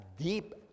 deep